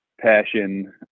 passion